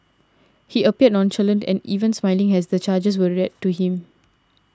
he appeared nonchalant and even smiling as the charges were read to him